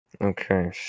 Okay